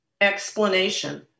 explanation